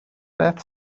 beth